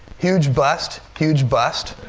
huge bust. huge bust.